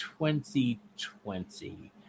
2020